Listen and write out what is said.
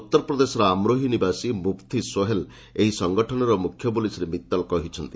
ଉତ୍ତରପ୍ରଦେଶର ଆମ୍ରୋହା ନିବାସୀ ମୁଫତି ସୋହେଲ୍ ଏହି ସଂଗଠନର ମୁଖ୍ୟ ବୋଲି ଶ୍ରୀ ମିତଲ କହିଛନ୍ତି